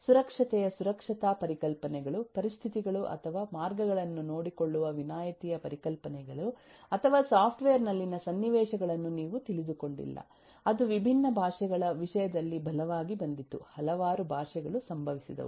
ಸುರಕ್ಷತೆಯ ಸುರಕ್ಷತಾ ಪರಿಕಲ್ಪನೆಗಳುಪರಿಸ್ಥಿತಿಗಳು ಅಥವಾ ಮಾರ್ಗಗಳನ್ನುನೋಡಿಕೊಳ್ಳುವವಿನಾಯಿತಿಯ ಪರಿಕಲ್ಪನೆಗಳುಅಥವಾ ಸಾಫ್ಟ್ವೇರ್ ನಲ್ಲಿನ ಸನ್ನಿವೇಶಗಳನ್ನು ನೀವು ತಿಳಿದುಕೊಂಡಿಲ್ಲ ಅದು ವಿಭಿನ್ನ ಭಾಷೆಗಳ ವಿಷಯದಲ್ಲಿ ಬಲವಾಗಿ ಬಂದಿತು ಹಲವಾರು ಭಾಷೆಗಳು ಸಂಭವಿಸಿದವು